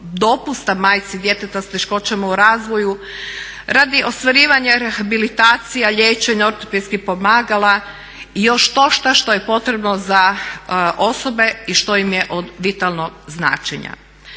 dopusta majci djeteta s teškoćama u razvoju, radi ostvarivanja rehabilitacija, liječenja, ortopedskih pomagala i još štošta što je potrebno za osobe i što im je od vitalnog značenja.